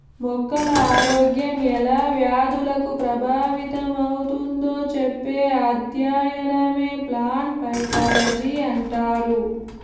మొక్కల ఆరోగ్యం ఎలా వ్యాధులకు ప్రభావితమవుతుందో చెప్పే అధ్యయనమే ప్లాంట్ పైతాలజీ అంటారు